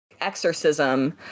exorcism